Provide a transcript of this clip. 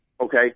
okay